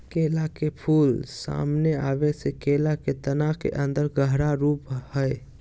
केला के फूल, सामने आबे से केला के तना के अन्दर गहरा रूप हइ